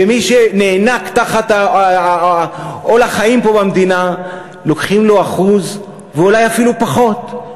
ומי שנאנק תחת עול החיים פה במדינה לוקחים לו 1% ואולי אפילו פחות.